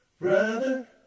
Brother